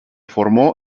formó